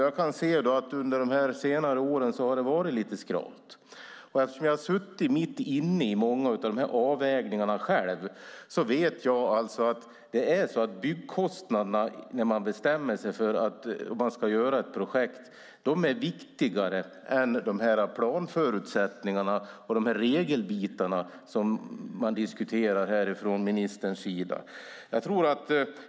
Jag kan se att under de senare åren har det varit lite skralt. Eftersom jag har suttit mitt inne i många av avvägningarna själv vet jag att byggkostnaderna, när man väl bestämt sig för ett projekt, är viktigare än planförutsättningarna och reglerna, som nu diskuteras från ministerns sida.